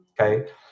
Okay